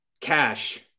cash